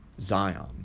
Zion